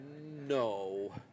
no